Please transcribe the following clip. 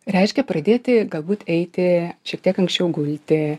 reiškia pradėti galbūt eiti šiek tiek anksčiau gulti